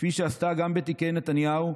כפי שעשתה גם בתיקי נתניהו,